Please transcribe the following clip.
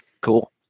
Cool